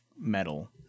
metal